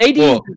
AD